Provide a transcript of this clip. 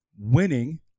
winning